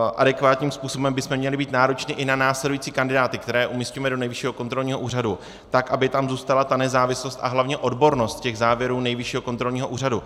A adekvátním způsobem bychom měli být nároční i na následující kandidáty, které umisťujeme do Nejvyššího kontrolního úřadu, tak aby tam zůstala ta nezávislost a hlavně odbornost těch závěrů Nejvyššího kontrolního úřadu.